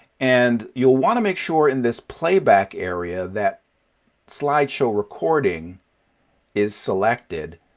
and you'll want to make sure in this playback area that slideshow recording is selected,